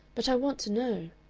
but i want to know.